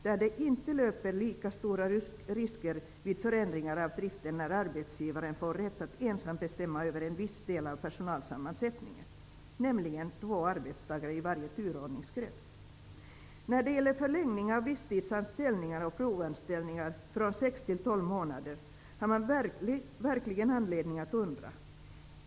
Vid förändringar av driften löper de där inte lika stora risker när arbetsgivaren får rätt att ensam bestämma över en viss del av personalsammansättningen, nämligen två arbetstagare i varje turordningskrets. När det gäller förlängning av visstidsanställningar och provanställningar från 6 till 12 månader har man verkligen anledning att undra.